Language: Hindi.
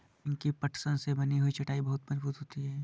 पिंकी पटसन से बनी हुई चटाई बहुत मजबूत होती है